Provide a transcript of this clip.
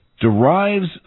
derives